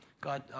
God